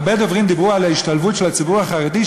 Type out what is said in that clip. הרבה דוברים דיברו פה על ההשתלבות של הציבור החרדי,